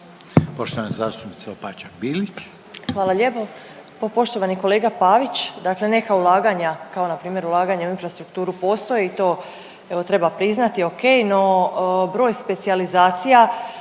Bilić, Marina (Nezavisni)** Hvala lijepo. Pa poštovani kolega Pavić, dakle neka ulaganja kao npr. ulaganja u infrastrukturu postoji to treba priznati ok, no broj specijalizacija